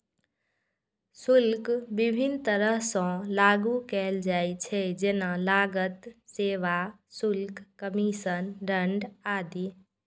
शुल्क विभिन्न तरह सं लागू कैल जाइ छै, जेना लागत, सेवा शुल्क, कमीशन, दंड आदि